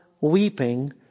weeping